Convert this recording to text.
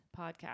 podcast